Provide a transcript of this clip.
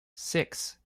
six